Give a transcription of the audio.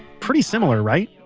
pretty similar, right?